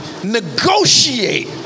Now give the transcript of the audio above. negotiate